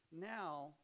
now